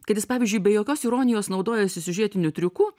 kad jis pavyzdžiui be jokios ironijos naudojasi siužetiniu triuku